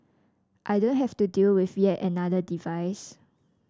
I don't have to deal with yet another device